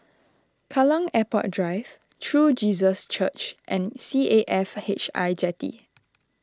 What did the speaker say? Kallang Airport Drive True Jesus Church and C A F H I Jetty